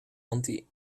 anti